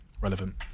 relevant